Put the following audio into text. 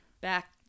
back